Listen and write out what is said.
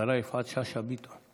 השרה שאשא ביטון,